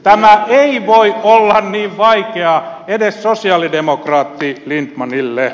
tämä ei voi olla niin vaikeaa edes sosialidemokraatti lindtmanille